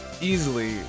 easily